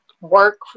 work